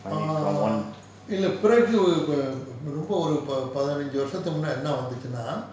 ah இல்ல பிறகு ரொம்ப ஒரு பதினஞ்சு வருசதுக்கு முன்ன என்ன வந்துசுன்னா:illa piragu romba oru pathinanju varusathuku munna enna vanthuchunna